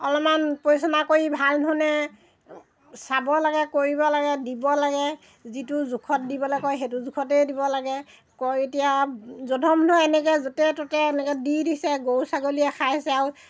অলমান পৰিচালনা কৰি ভালধৰণে চাব লাগে কৰিব লাগে দিব লাগে যিটো জোখত দিবলৈ কয় সেইটো জোখতেই দিব লাগে কয় এতিয়া যধেমধে এনেকৈ য'তে ত'তে এনেকৈ দি দিছে গৰু ছাগলীয়ে খাইছে আৰু